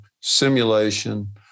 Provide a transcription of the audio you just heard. simulation